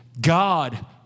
God